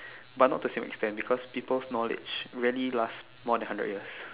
but not to certain extent because people knowledge really last more than hundred years